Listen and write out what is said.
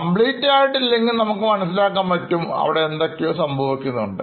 complete ആയിട്ട് ഇല്ലെങ്കിൽ നമുക്ക് മനസ്സിലാക്കാൻ പറ്റും അവിടെ എന്തൊക്കെയോ സംഭവിക്കുന്നുണ്ട്